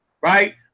right